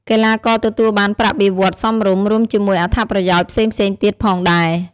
កីឡាករទទួលបានប្រាក់បៀវត្សសមរម្យ រួមជាមួយអត្ថប្រយោជន៍ផ្សេងៗទៀតផងដែរ។